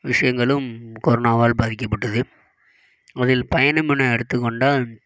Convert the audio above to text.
விஷயங்களும் கொரோனாவால் பாதிக்கப்பட்டது அதில் பயணம் என எடுத்துக் கொண்டால்